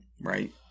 Right